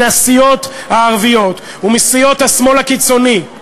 מהסיעות הערביות ומסיעות השמאל הקיצוני,